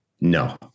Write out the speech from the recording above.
No